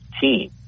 team